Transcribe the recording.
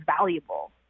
valuable